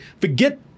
forget